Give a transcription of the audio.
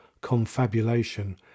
confabulation